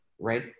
right